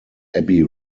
abbey